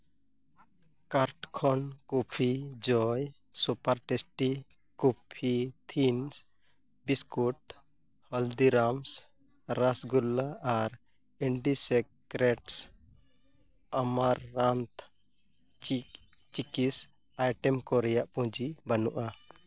cart ᱠᱷᱚᱱ coffee joy super tasty coffee ᱛᱷᱤᱢᱥ biscuit Haldiram's rasgulla ᱟᱨ ᱤᱱᱰᱤᱥᱮᱠᱨᱮᱴᱥ ᱟᱢᱟᱨᱟᱱᱛᱷ ᱪᱤᱠ ᱪᱤᱠᱤᱥ ᱟᱭᱴᱮᱢ ᱠᱚ ᱨᱮᱭᱟᱜ ᱯᱩᱸᱡᱤ ᱵᱟᱹᱱᱩᱜᱼᱟ